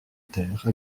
terres